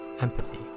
Empathy